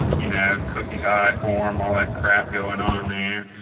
you know, cookie high form, all that crap going on there.